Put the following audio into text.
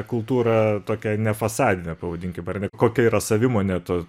kultūrą tokią nefasadinę pavadinkim ar ne kokia yra savimonė to